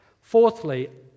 Fourthly